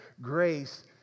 Grace